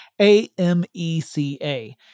A-M-E-C-A